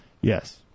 Yes